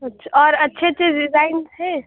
اچھا اور اچھے اچھے ڈیزائنس ہیں